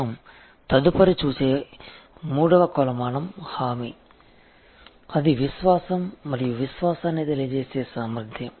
మనం తదుపరి చూసే మూడవ కొలమానం హామీ అది విశ్వాసం మరియు విశ్వాసాన్ని తెలియజేసే సామర్ధ్యం